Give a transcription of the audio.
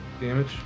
damage